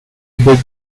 big